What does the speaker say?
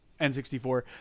N64